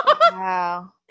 Wow